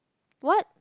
what